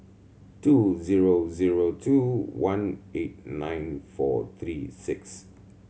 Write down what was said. two zero zero two one eight nine four three six